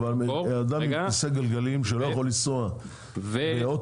אדם על כיסא גלגלים שלא יכול לנסוע באוטובוס,